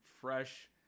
fresh